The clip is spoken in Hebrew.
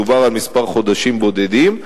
מדובר על כמה חודשים בודדים,